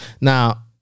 Now